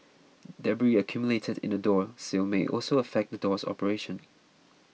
debris accumulated in the door sill may also affect the door's operation